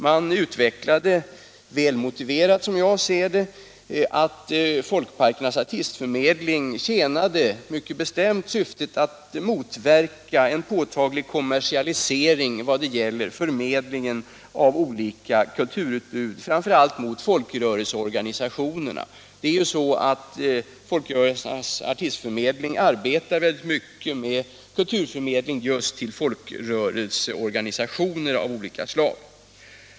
Man utvecklade på ett välmotiverat sätt, som jag ser det, att Folkparkernas artistförmedling tjänade syftet att motverka en påtaglig kommersialisering när det gällde olika kulturutbud, framför allt mot folkrörelseorganisationerna. Folkrörelsernas artistförmedling arbetar ju mycket med kulturförmedling just till folkrörelseorganisationer av olika slag.